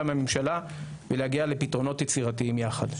עם הממשלה ולהגיע לפתרונות יצירתיים יחד.